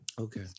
Okay